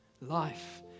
life